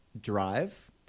drive